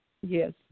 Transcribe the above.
Yes